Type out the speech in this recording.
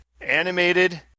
animated